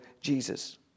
Jesus